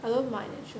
I use my nation